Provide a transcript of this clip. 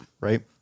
right